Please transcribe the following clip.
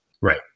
right